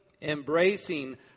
embracing